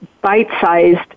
bite-sized